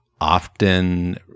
often